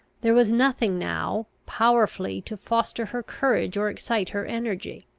there was nothing now, powerfully to foster her courage or excite her energy.